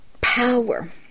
power